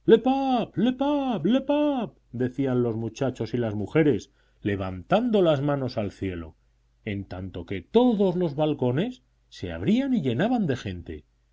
le pape decían los muchachos y las mujeres levantando las manos al cielo en tanto que todos los balcones se abrían y llenaban de gente